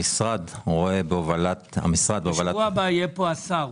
המשרד רואה בהובלת- -- בשבוע הבא יהיה פה השר.